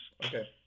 Okay